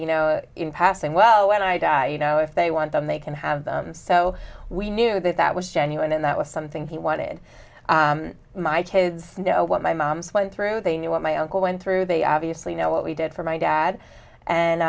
you know in passing well when i die you know if they want them they can have them so we knew that that was genuine and that was something he wanted my kids to know what my mom's went through they knew what my uncle went through they obviously know what we did for my dad